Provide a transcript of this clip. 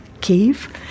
cave